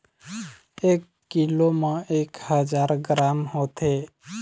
एक कीलो म एक हजार ग्राम होथे